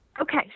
Okay